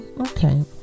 okay